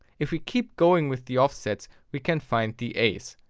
if we keep going with the offsets, we can find the as.